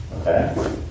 okay